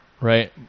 right